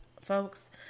folks